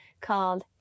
called